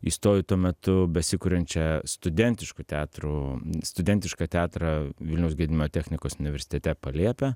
įstojau į tuo metu besikuriančią studentiškų teatrų studentišką teatrą vilniaus gedimino technikos universitete palėpė